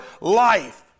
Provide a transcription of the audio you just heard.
life